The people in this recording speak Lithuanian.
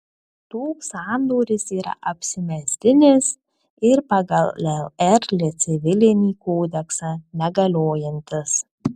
toks sandoris yra apsimestinis ir pagal lr civilinį kodeksą negaliojantis